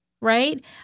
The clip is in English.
right